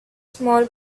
small